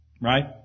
Right